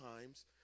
times